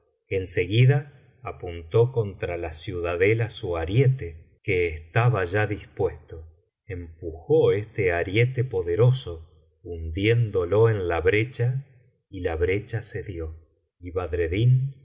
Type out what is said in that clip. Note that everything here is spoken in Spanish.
seguida apuntó contra la ciudadela su ariete que estaba ya biblioteca valenciana generalitat valenciana histoeia del visik nureddin dispuesto empujó este ariete poderoso hundiéndolo en la brecha y la brecha cedió y